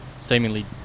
seemingly